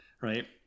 right